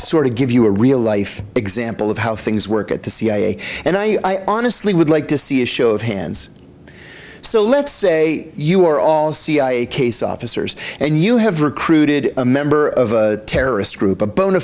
sort of give you a real life example of how things work at the cia and i honestly would like to see a show of hands so let's say you are all cia case officers and you have recruited a member of a terrorist group a bona